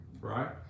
right